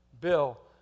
Bill